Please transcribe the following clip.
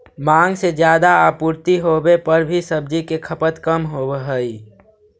माँग से ज्यादा आपूर्ति होवे पर भी सब्जि के खपत कम होवऽ हइ